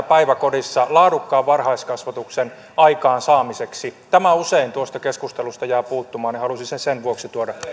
päiväkodissa laadukkaan varhaiskasvatuksen aikaansaamiseksi tämä usein tuosta keskustelusta jää puuttumaan ja halusin sen sen vuoksi tuoda